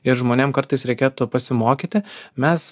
ir žmonėm kartais reikėtų pasimokyti mes